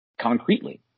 concretely